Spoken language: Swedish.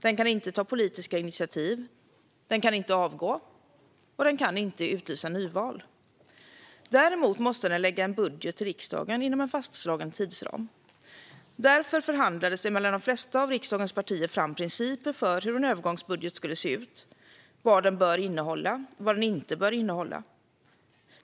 Den kan inte ta politiska initiativ, den kan inte avgå och den kan inte utlysa nyval. Däremot måste den lägga fram en budget till riksdagen inom en fastslagen tidsram. Därför förhandlades det mellan de flesta av riksdagens partier fram principer för hur en övergångsbudget skulle se ut, vad den bör innehålla och inte bör innehålla.